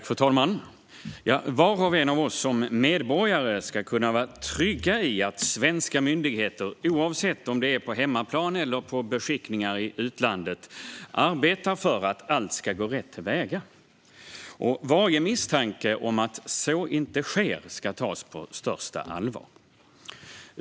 Fru talman! Var och en av oss som medborgare ska kunna vara trygg i att svenska myndigheter, oavsett om det är på hemmaplan eller på beskickningar i utlandet, arbetar för att allt ska gå rätt till väga. Varje misstanke om att så inte sker ska tas på största allvar.